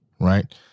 right